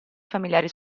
familiari